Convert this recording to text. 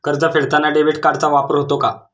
कर्ज फेडताना डेबिट कार्डचा वापर होतो का?